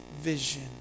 vision